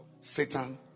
Satan